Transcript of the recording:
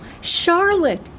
Charlotte